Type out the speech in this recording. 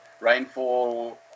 Rainfall